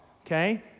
okay